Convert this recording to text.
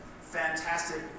fantastic